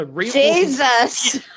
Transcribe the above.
Jesus